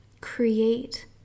Create